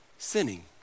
Sinning